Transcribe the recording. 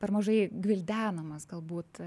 per mažai gvildenamas galbūt